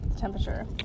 temperature